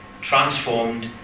transformed